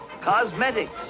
cosmetics